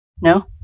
No